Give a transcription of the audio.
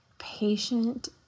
patient